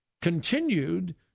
continued